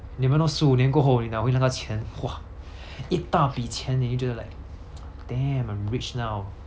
you never know 十五年过后你拿回那个钱 !wah! 一大笔钱你会觉得 like damn I'm rich now